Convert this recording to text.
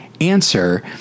answer